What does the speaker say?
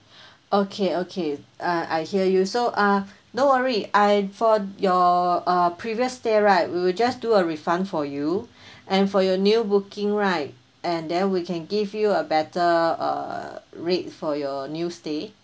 okay okay I uh hear you so uh don't worry I for your uh previous stay right we will just do a refund for you and for your new booking right and then we can give you a better uh rate for your new stay